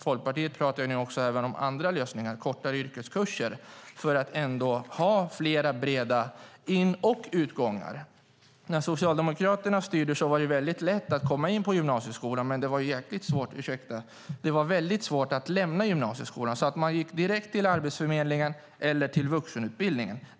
Folkpartiet talar nu även om andra lösningar - kortare yrkeskurser - för att det ska finnas fler breda in och utgångar. När Socialdemokraterna styrde var det mycket lätt att komma in på gymnasieskolan, men det var mycket svårt att lämna gymnasieskolan. Många gick direkt till Arbetsförmedlingen eller till vuxenutbildningen.